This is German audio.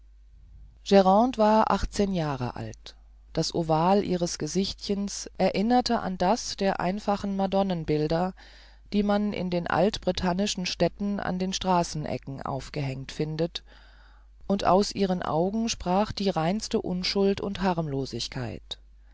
grande war achtzehn jahre alt das oval ihres gesichtchens erinnerte an das der einfachen madonnenbilder die man in den alt bretagnischen städten an den straßenecken aufgehängt findet und aus ihren augen sprach die reinste unschuld und harmlosigkeit